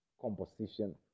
composition